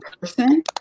person